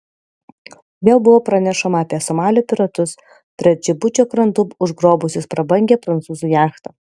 vėl buvo pranešama apie somalio piratus prie džibučio krantų užgrobusius prabangią prancūzų jachtą